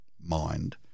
mind